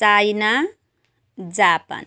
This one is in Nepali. China Japan